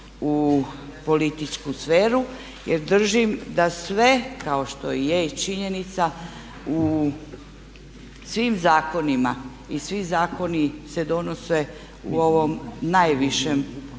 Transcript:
u političku sferu jer držim da sve kao što i je činjenica u svim zakonima i svi zakoni se donose u ovom najvišem hrvatskom